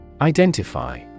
Identify